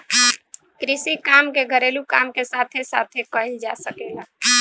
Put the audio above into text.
कृषि काम के घरेलू काम के साथे साथे कईल जा सकेला